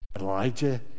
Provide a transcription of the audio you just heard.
Elijah